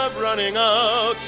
ah running ah out